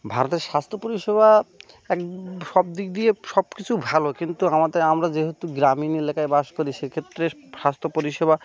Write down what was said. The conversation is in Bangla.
ভারতের স্বাস্থ্য পরিষেবা এক সব দিক দিয়ে সব কিছু ভালো কিন্তু আমাদের আমরা যেহেতু গ্রামীণ এলাকায় বাস করি সেক্ষেত্রে স্বাস্থ্য পরিষেবা